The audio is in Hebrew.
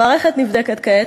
המערכת נבדקת כעת,